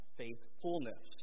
faithfulness